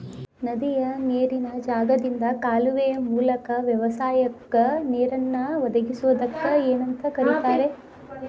ನದಿಯ ನೇರಿನ ಜಾಗದಿಂದ ಕಾಲುವೆಯ ಮೂಲಕ ವ್ಯವಸಾಯಕ್ಕ ನೇರನ್ನು ಒದಗಿಸುವುದಕ್ಕ ಏನಂತ ಕರಿತಾರೇ?